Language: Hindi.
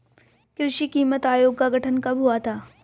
कृषि कीमत आयोग का गठन कब हुआ था?